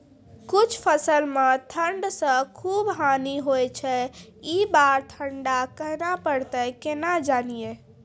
कुछ फसल मे ठंड से खूब हानि होय छैय ई बार ठंडा कहना परतै केना जानये?